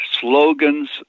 slogans